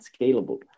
scalable